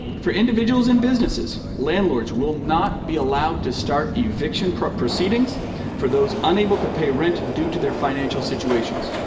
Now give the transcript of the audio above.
for individuals and businesses, landlords will not be allowed to start eviction proceedings for those unable to pay rent due to their financial situations.